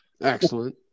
Excellent